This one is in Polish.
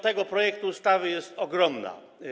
tego projektu ustawy jest ogromne.